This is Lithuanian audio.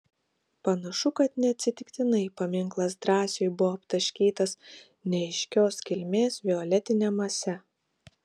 panašu kad neatsitiktinai paminklas drąsiui buvo aptaškytas neaiškios kilmės violetine mase